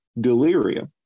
delirium